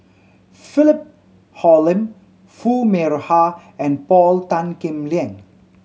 Philip Hoalim Foo Mee Har and Paul Tan Kim Liang